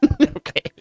Okay